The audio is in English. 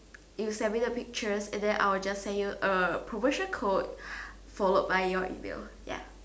you send me the pictures and then I will just send you a promotion code followed by your email ya